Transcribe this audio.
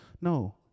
No